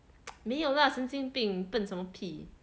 没有 lah 神经病蹦什么屁